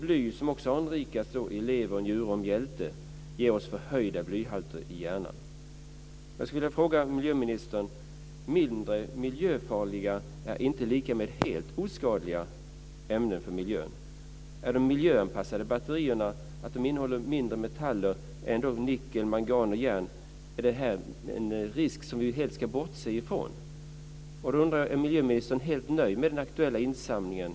Blyet, som också anrikas i lever, njure och mjälte, ger oss förhöjda blyhalter i hjärnan. Jag skulle vilja fråga miljöministern en sak. Mindre miljöfarliga ämnen är inte lika med helt oskadliga ämnen för miljön. De miljöanpassade batterierna innehåller mindre metaller, men de innehåller ändå nickel, mangan och järn. Är det en risk som vi helt ska bortse från? Jag undrar om miljöministern är helt nöjd med den aktuella insamlingen.